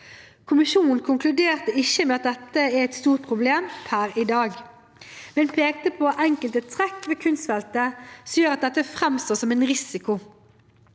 Kommisjonen konkluderte ikke med at dette er et stort problem per i dag, men pekte på enkelte trekk ved kunstfeltet som gjør at dette framstår som en risiko.